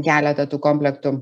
keletą tų komplektų